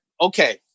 okay